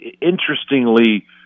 interestingly